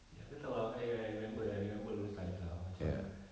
ya betul ah eh I remember I remember those times lah macam